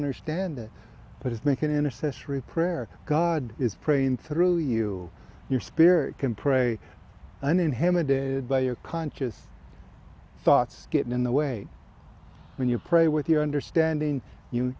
understand it but it's making intercessory prayer god is praying through you your spirit can pray uninhabited by your conscious thoughts get in the way when you pray with the understanding you